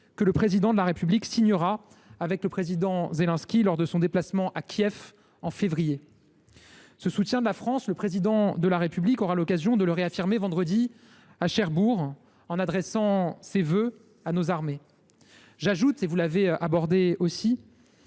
que le Président de la République signera avec le président Zelensky, lors de son déplacement à Kiev en février prochain. Ce soutien de la France, le Président de la République aura l’occasion de le réaffirmer vendredi, à Cherbourg, en adressant ses vœux à nos armées. J’ajoute, comme vous l’avez rappelé,